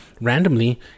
randomly